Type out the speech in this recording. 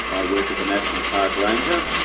i work as a national park ranger.